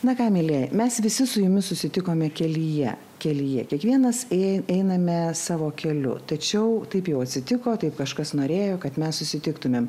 na ką mielieji mes visi su jumis susitikome kelyje kelyje kiekvienas ėj einame savo keliu tačiau taip jau atsitiko taip kažkas norėjo kad mes susitiktumėm